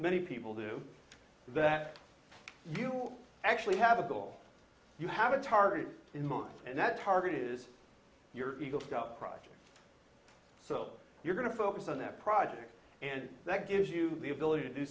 many people do that you actually have a goal you have a target in mind and that target is your eagle scout project so you're going to focus on that project and that gives you the ability to do